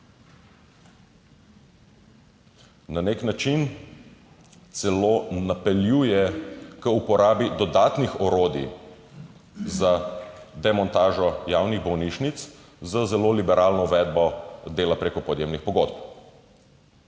Na nek način celo napeljuje k uporabi dodatnih orodij za demontažo javnih bolnišnic z zelo liberalno uvedbo dela preko podjemnih pogodb.